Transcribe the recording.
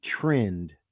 trend